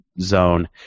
zone